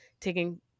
taking